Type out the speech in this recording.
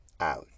out